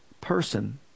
person